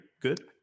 Good